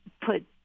put